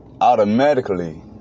automatically